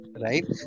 right